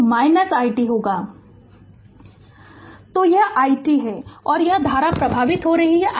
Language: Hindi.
Refer Slide Time 3142 तो यह i t है और यह धारा प्रवाहित हो रही है iC